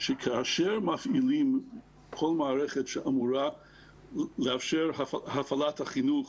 שכאשר מפעילים כל מערכת שאמורה לאפשר הפעלת חינוך